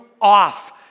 off